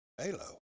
Halo